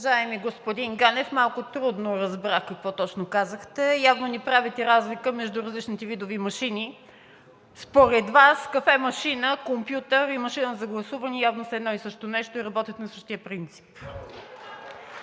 Уважаеми господин Ганев, малко трудно разбрах какво точно казвате. Явно не правите разлика между различните видове машини. Според Вас кафе-машина, компютър и машина за гласуване са едно и също нещо и работят на същия принцип.